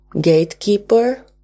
gatekeeper